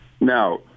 Now